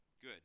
good